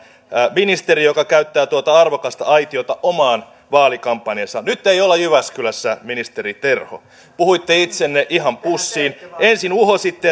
ministeri joka käyttää tuota arvokasta aitiota omaan vaalikampanjaansa nyt ei olla jyväskylässä ministeri terho puhuitte itsenne ihan pussiin ensin uhositte